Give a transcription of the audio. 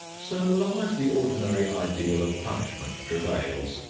so long as the ordinary ideal of punishment prevails,